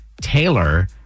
Taylor